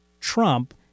Trump